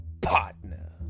partner